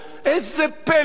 איזה פלא זה.